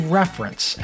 reference